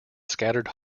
scattered